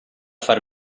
far